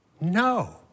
No